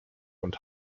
und